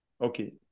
Okay